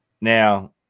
Now